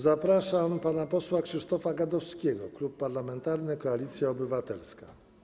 Zapraszam pana posła Krzysztofa Gadowskiego, Klub Parlamentarny Koalicja Obywatelska.